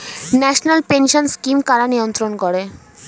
National pension scheme কারা নিয়ন্ত্রণ করে?